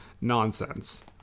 Nonsense